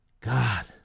God